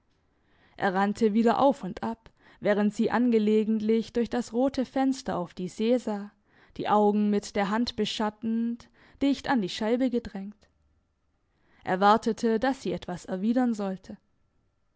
er rannte wieder auf und ab während sie angelegentlich durch das rote fenster auf die see sah die augen mit der hand beschattend dicht an die scheibe gedrängt er wartete dass sie etwas erwidern sollte